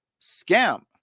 scam